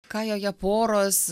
ką joje poros